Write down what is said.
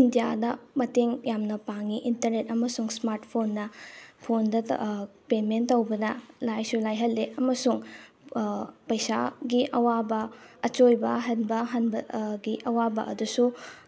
ꯏꯟꯗꯤꯌꯥꯗ ꯃꯇꯦꯡ ꯌꯥꯝꯅ ꯄꯥꯡꯉꯤ ꯏꯟꯇꯔꯅꯦꯠ ꯑꯃꯁꯨꯡ ꯏꯁꯃꯥꯔꯠ ꯐꯣꯟꯅ ꯐꯣꯟꯗ ꯄꯦꯃꯦꯟ ꯇꯧꯕꯗ ꯂꯥꯏꯁꯨ ꯂꯥꯏꯍꯜꯂꯦ ꯑꯃꯁꯨꯡ ꯄꯩꯁꯥꯒꯤ ꯑꯋꯥꯕ ꯑꯆꯣꯏꯕ ꯍꯟꯕ ꯍꯟꯕ ꯒꯤ ꯑꯋꯥꯕ ꯑꯗꯨꯁꯨ